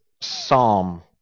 psalm